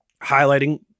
highlighting